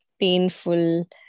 painful